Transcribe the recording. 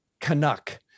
Canuck